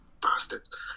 bastards